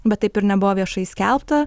bet taip ir nebuvo viešai skelbta